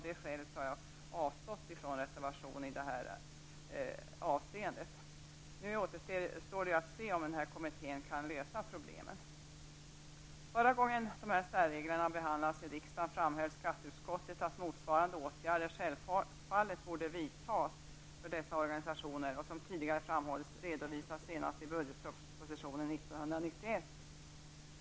Därför har jag avstått från reservation i det här avseendet. Nu återstår att se om denna kommitté kan lösa problemen. Förra gången de här särreglerna behandlades i riksdagen framhöll skatteutskottet att motsvarande åtgärder självfallet borde vidtas för dessa organisationer och, som tidigare framhållits, redovisas senast i budgetpropositionen 1991.